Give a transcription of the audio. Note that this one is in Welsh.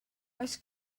oes